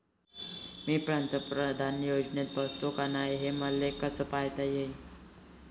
मी पंतप्रधान योजनेत बसतो का नाय, हे मले कस पायता येईन?